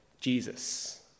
Jesus